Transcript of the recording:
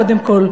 קודם כול: